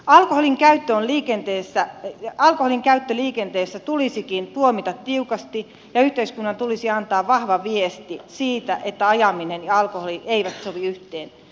alkoholin käyttö on liikenteessä joka kodin käyttö liikenteessä tulisikin tuomita tiukasti ja yhteiskunnan tulisi antaa vahva viesti siitä että ajaminen ja alkoholi eivät sovi yhteen